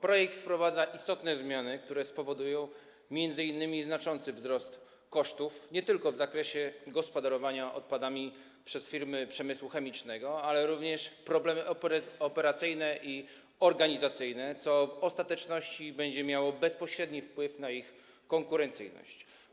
Projekt wprowadza istotne zmiany, które spowodują nie tylko m.in. znaczący wzrost kosztów w zakresie gospodarowania odpadami przez firmy przemysłu chemicznego, ale również problemy operacyjne i organizacyjne, co w ostateczności będzie miało bezpośredni wpływ na ich konkurencyjność.